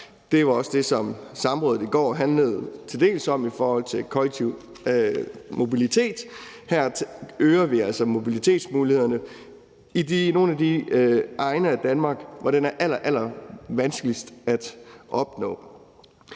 Det var også det, som samrådet i går til dels handlede om, i forhold til kollektiv mobilitet. Her øger vi altså mobilitetsmulighederne i nogle af de egne af Danmark, hvor det er allerallervanskeligst at opnå.